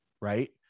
right